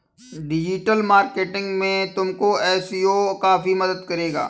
digital marketing में तुमको SEO काफी मदद करेगा